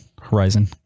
Horizon